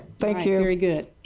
thank you. very good.